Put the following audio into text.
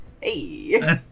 Hey